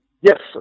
Yes